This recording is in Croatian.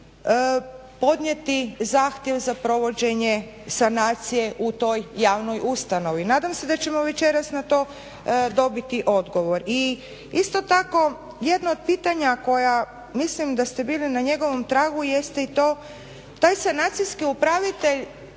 podnijeti zahtjev za provođenje sanacije u toj javnoj ustanovi. Nadam se da ćemo večeras na to odbiti odgovor. I isto tako jedno od pitanja koja mislim da ste bili na njegovom tragu jeste i to, taj sanacijski upravitelj